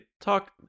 talk